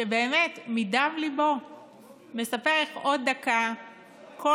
שבאמת מדם ליבו מספר איך עוד דקה כל